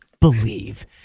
believe